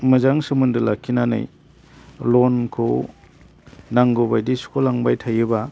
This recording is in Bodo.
मोजां सोमोन्दो लाखिनानै लनखौ नांगौ बायदि सुख'लांबाय थायोबा